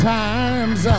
times